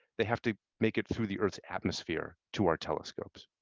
they have to make it through the earth's atmosphere to our telescopes.